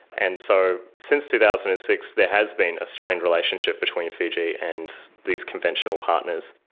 and so since two thousand and six there has been a strained relationship between fiji and these conventional partners.